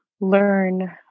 learn